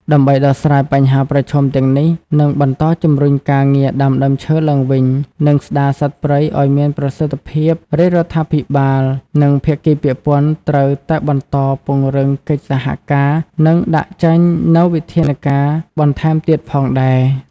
ដើម្បីដោះស្រាយបញ្ហាប្រឈមទាំងនេះ និងបន្តជំរុញការងារដាំដើមឈើឡើងវិញ និងស្ដារសត្វព្រៃឱ្យមានប្រសិទ្ធភាពរាជរដ្ឋាភិបាល និងភាគីពាក់ព័ន្ធត្រូវតែបន្តពង្រឹងកិច្ចសហការ និងដាក់ចេញនូវវិធានការបន្ថែមទៀតផងដែរ។